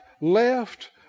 left